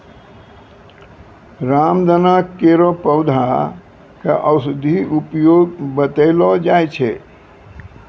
रामदाना केरो पौधा क औषधीय उपयोग बतैलो जाय छै